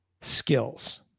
skills